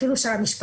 אפילו של המשפחה,